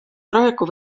praegu